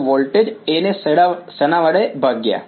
તો voltage A ને શેના વડે ભાગ્યા